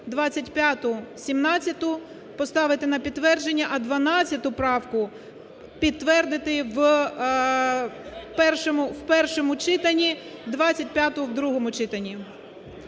17-у поставити на підтвердження, а 12-у правку підтвердити в першому читанні, 25-у – у другому читанні.